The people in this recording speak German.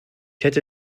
hätte